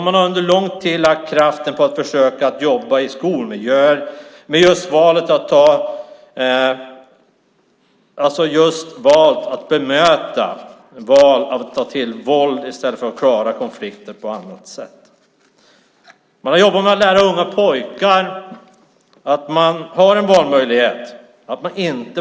Man har under lång tid lagt kraften på att jobba i skolmiljöer, där man har försökt bemöta valet att ta till våld i stället för att klara konflikter på annat sätt. Man har jobbat med att lära unga pojkar att de har en valmöjlighet.